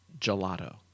gelato